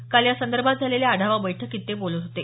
काल यासंदर्भात झालेल्या आढावा बैठकीत ते बोलत होते